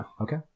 Okay